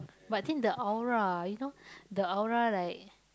but think the aura you know the aura like